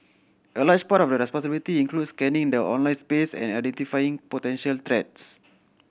a large part of their responsibility includes scanning the online space and identifying potential threats